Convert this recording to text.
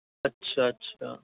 اچھا اچھا